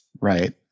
Right